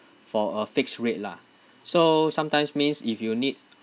for a fixed rate lah so sometimes means if you need